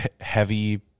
heavy